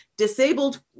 disabled